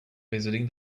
visiting